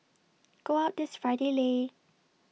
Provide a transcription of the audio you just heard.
go out this Friday Lei